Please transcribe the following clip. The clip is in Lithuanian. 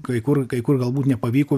kai kur kai kur galbūt nepavyko